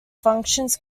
functions